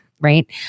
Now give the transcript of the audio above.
right